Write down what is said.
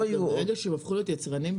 ברגע שהם הפכו בעצמם להיות יצרנים,